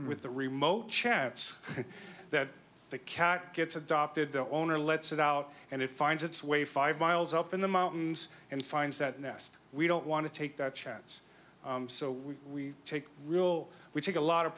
with the remote chance that the cat gets adopted the owner lets it out and it finds its way five miles up in the mountains and finds that nest we don't want to take that chance so we take real we take a lot of